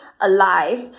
alive